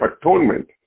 atonement